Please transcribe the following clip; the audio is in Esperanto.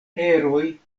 eroj